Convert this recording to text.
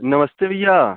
नमस्ते भैया